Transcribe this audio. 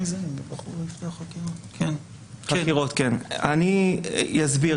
אני אסביר.